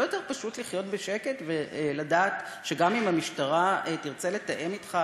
לא יותר פשוט לחיות בשקט ולדעת שגם אם המשטרה תרצה לתאם אתך